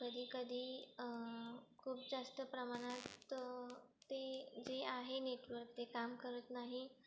कधीकधी खूप जास्त प्रमाणात ते जे आहे नेटवर्क ते काम करत नाही